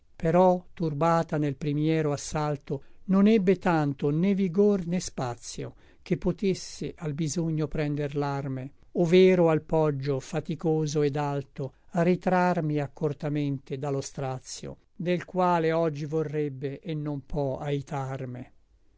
però turbata nel primiero assalto non ebbe tanto né vigor né spazio che potesse al bisogno prender l'arme overo al poggio faticoso et alto ritrarmi accortamente da lo strazio del quale oggi vorrebbe et non pò aitarme